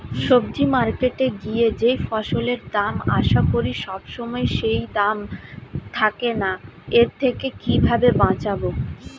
সবজি মার্কেটে গিয়ে যেই ফসলের দাম আশা করি সবসময় সেই দাম থাকে না এর থেকে কিভাবে বাঁচাবো?